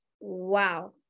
Wow